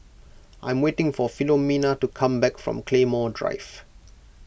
I'm waiting for Filomena to come back from Claymore Drive